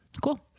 Cool